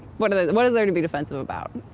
what what is there to be defensive about?